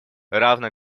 равно